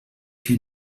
que